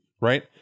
Right